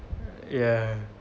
yeah